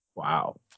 Wow